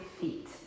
feet